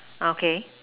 okay